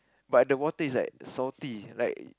but the water is like salty like